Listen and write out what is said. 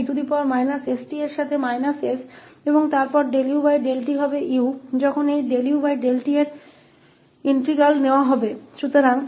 और फिर यह सीमा 0 से ∞ तक और फिर से वही होता है इसलिए e st के साथ e st और फिर ut इस utका समाकलन लेते समय u होगा